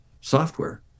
software